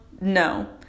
No